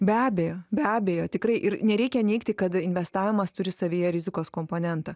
be abejo be abejo tikrai ir nereikia neigti kad investavimas turi savyje rizikos komponentą